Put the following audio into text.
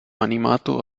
animato